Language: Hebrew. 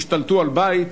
השתלטו על בית,